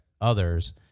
others